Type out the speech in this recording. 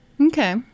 Okay